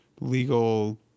legal